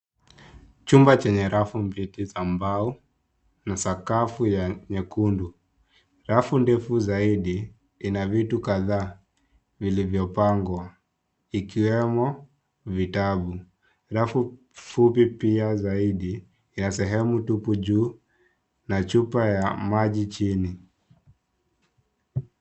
Chumba chenye rafu mbili za mbao na sakafu ya nyekundu. Rafu ndefu zaidi, ina vitu kadhaa, vilivyopangwa, ikiwemo vitabu. Rafu fupi pia zaidi, ya sehemu tupu juu na chupa ya maji chini.